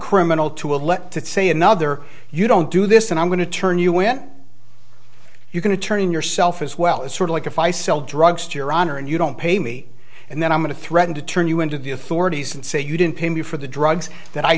criminal to a let to say another you don't do this and i'm going to turn you when you can to turn yourself as well as sort of like if i sell drugs to your honor and you don't pay me and then i'm going to threaten to turn you into the authorities and say you didn't pay me for the drugs that i